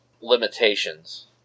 limitations